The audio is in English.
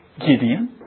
Gideon